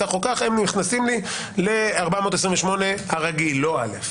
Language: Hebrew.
כך או כך הם נכנסים לי ל-428 הרגיל, לא א'.